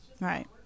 right